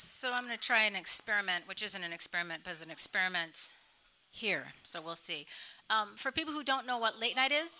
so i'm going to try an experiment which isn't an experiment as an experiment here so we'll see for people who don't know what late night is